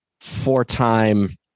four-time